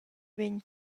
vegn